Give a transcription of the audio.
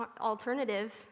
alternative